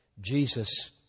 Jesus